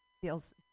feels